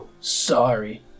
sorry